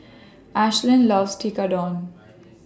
Ashlynn loves Tekkadon